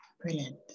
Brilliant